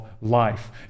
life